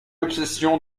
l’obsession